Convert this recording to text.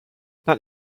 not